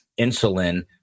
insulin